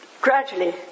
gradually